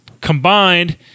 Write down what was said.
combined